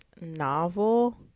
novel